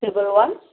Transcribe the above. triple one